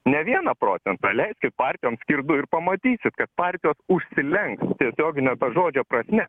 ne vieną procentą leiskit partijoms skirt du ir pamatysit kad partijos užsilenks tiesiogine to žodžio prasme